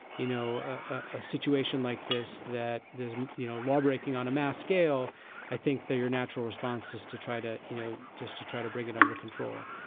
you know a situation like this that there's no lawbreaking on a mass scale i think that your natural response is to try to you know just to try to bring it under control.